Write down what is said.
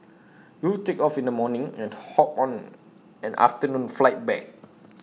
you'll take off in the morning and hop on an afternoon flight back